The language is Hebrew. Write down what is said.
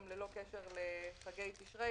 גם ללא קשר לחגי תשרי,